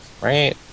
right